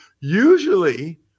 Usually